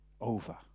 over